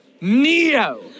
Neo